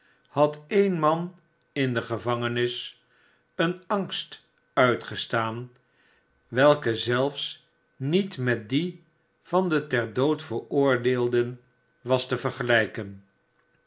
had e'en man in de gevangenis een angst uitgestaan welke zelfs niet met dien van de ter dood veroordeelden was te vergelijken